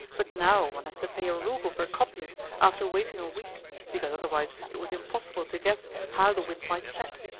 but now one has to pay a rouble per copyist after waiting a week because otherwise it was impossible to guess how the wind might set!